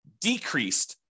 decreased